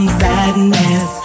sadness